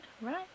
right